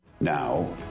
Now